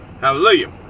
hallelujah